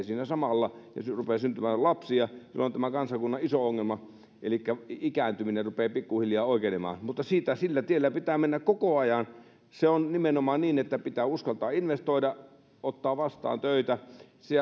siinä samalla ja rupeaa syntymään lapsia silloin tämän kansakunnan iso ongelma elikkä ikääntyminen rupeaa pikkuhiljaa oikenemaan mutta sillä tiellä pitää mennä koko ajan se on nimenomaan niin että pitää uskaltaa investoida ottaa vastaan töitä